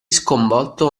sconvolto